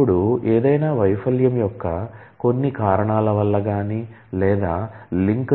ఇప్పుడు ఏదైనా వైఫల్యం యొక్క కొన్ని కారణాల వల్ల గాని లేదా లింక్